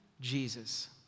Jesus